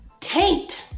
taint